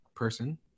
person